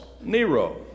Nero